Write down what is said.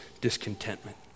discontentment